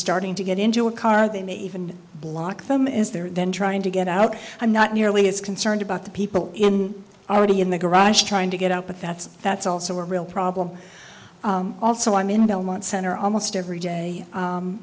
starting to get into a car they may even block them is there and then trying to get out i'm not nearly as concerned about the people in already in the garage trying to get out but that's that's also a real problem also i'm in belmont center almost every day